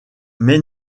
mais